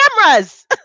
cameras